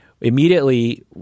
immediately